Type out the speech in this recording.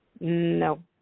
No